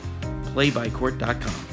Playbycourt.com